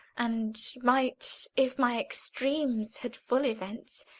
and might, if my extremes had full events,